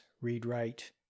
read-write